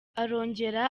arongera